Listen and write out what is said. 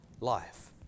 life